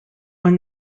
when